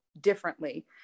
differently